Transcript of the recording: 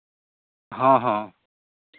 ᱦᱚᱸ ᱦᱚᱸ